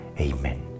Amen